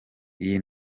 iyi